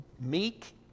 meek